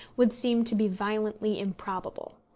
would seem to be violently improbable.